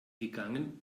gegangen